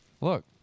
Look